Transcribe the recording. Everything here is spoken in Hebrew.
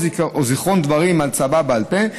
או זיכרון דברים על צוואה בעל פה,